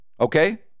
Okay